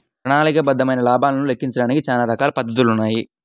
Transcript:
ప్రణాళికాబద్ధమైన లాభాలను లెక్కించడానికి చానా రకాల పద్ధతులున్నాయి